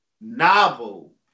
novel